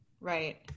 Right